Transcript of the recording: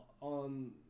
on